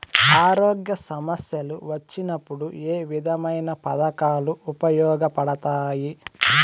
ఆరోగ్య సమస్యలు వచ్చినప్పుడు ఏ విధమైన పథకాలు ఉపయోగపడతాయి